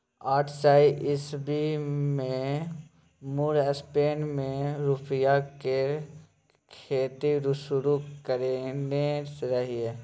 आठ सय ईस्बी मे मुर स्पेन मे रुइया केर खेती शुरु करेने रहय